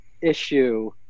issue